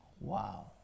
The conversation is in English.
Wow